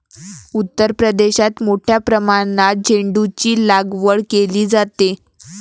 उत्तर प्रदेशात मोठ्या प्रमाणात झेंडूचीलागवड केली जाते